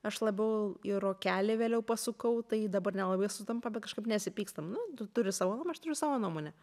aš labiau į rokelį vėliau pasukau tai dabar nelabai sutampa bet kažkaip nesipykstam nu tu turi savo nuomonę aš turiu savo nuomonę